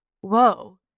whoa